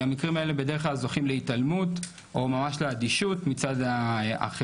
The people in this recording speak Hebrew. המקרים האלה בדרך כלל זוכים להתעלמות או ממש לאדישות מצד החברה,